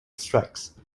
strikes